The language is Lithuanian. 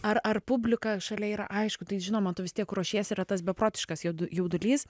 ar ar publika šalia yra aišku tai žinoma tu vis tiek ruošiesi yra tas beprotiškas jaudulys